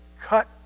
cut